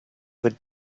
would